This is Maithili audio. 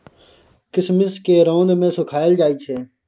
किशमिश केँ रौद मे सुखाएल जाई छै